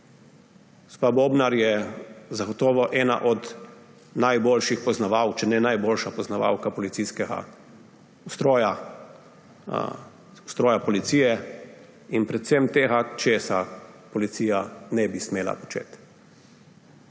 Bobnar je zagotovo ena od najboljših poznavalk, če ne najboljša poznavalka policijskega ustroja, ustroja policije in predvsem tega, česa policija ne bi smela početi.